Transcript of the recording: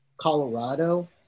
Colorado